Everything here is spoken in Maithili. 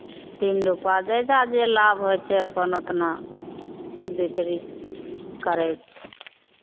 तीन रुपैआ जाहिजा जे लाभ होइ छै अपन उतना बिक्री करै छै